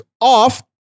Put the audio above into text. off